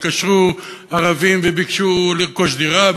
התקשרו ערבים וביקשו לרכוש דירה,